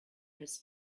his